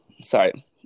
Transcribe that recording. sorry